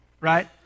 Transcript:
right